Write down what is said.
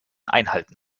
einhalten